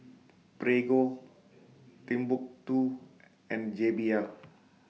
Prego Timbuk two and J B L